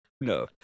No